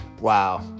Wow